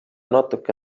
natuke